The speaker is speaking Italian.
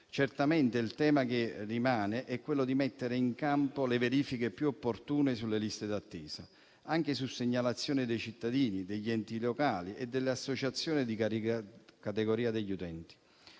Certamente il tema che rimane è mettere in campo le verifiche più opportune sulle liste d'attesa, anche su segnalazione dei cittadini, degli enti locali e delle associazioni di categoria degli utenti.